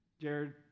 Jared